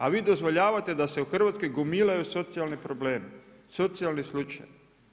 A vi dozvoljavate da se u Hrvatskoj gomilaju socijalni problemi, socijalni slučajevi.